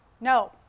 No